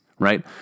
Right